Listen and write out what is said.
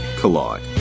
collide